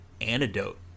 antidote